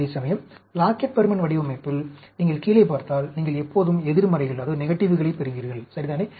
அதேசமயம் Plackett Burman வடிவமைப்பில் நீங்கள் கீழே பார்த்தால் நீங்கள் எப்போதும் எதிர்மறைகளைப் பெறுவீர்கள் சரிதானே